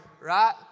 right